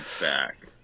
back